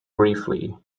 briefly